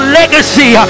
legacy